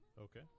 Okay